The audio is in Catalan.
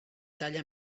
talla